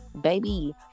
baby